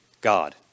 God